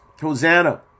Hosanna